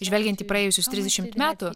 žvelgiant į praėjusius trisdešimt metų